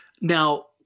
Now